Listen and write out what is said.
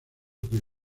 que